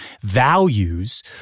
values